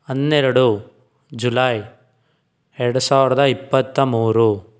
ಹನ್ನೆರಡು ಜುಲಾಯ್ ಎರಡು ಸಾವಿರದ ಇಪ್ಪತ್ತ ಮೂರು